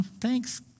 thanks